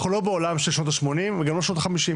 אנחנו לא חיים בעולם של שנות ה-80' וגם לא שנות ה-50',